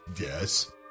yes